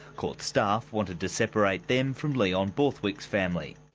court staff wanted to separate them from leon borthwick's family.